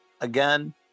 again